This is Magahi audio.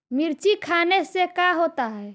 मिर्ची खाने से का होता है?